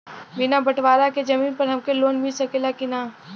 बिना बटवारा के जमीन पर हमके लोन मिल सकेला की ना?